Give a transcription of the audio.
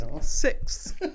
Six